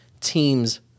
teams